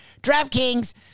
DraftKings